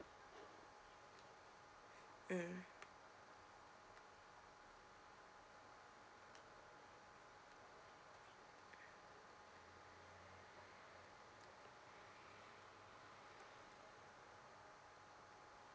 mm